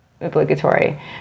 Obligatory